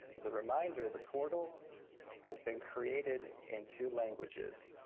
as a reminder, the portal has been created in two languages,